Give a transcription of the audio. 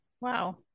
Wow